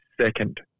second